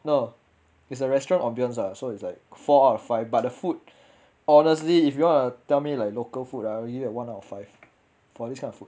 no it's the restaurant ambience lah so it's like four out five but the food honestly if you wanna tell me like local food ah maybe like one out of five for this kind of food